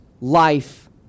life